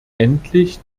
endlich